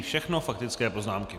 Všechno faktické poznámky.